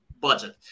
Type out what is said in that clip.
budget